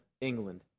England